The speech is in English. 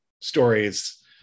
stories